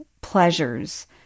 pleasures